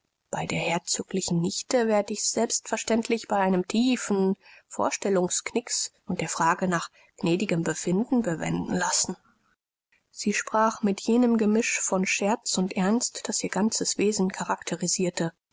bei der herzoglichen nichte werde ich's selbstverständlich bei einem tiefen vorstellungsknix und der frage nach gnädigem befinden bewenden lassen sie sprach mit jenem gemisch von scherz und ernst das ihr ganzes wesen charakterisierte